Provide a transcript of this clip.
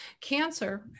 Cancer